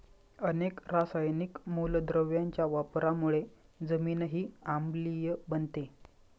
अनेक रासायनिक मूलद्रव्यांच्या वापरामुळे जमीनही आम्लीय बनते